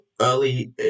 early